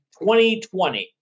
2020